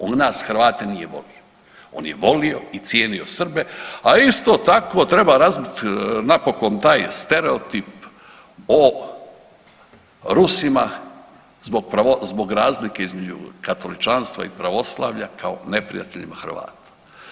On nas Hrvate nije volio, on je volio i cijenio Srbe, a isto tako treba razbit napokon taj stereotip o Rusima zbog razlike između katoličanstva i pravoslavlja kao neprijateljima Hrvata.